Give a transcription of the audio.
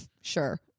Sure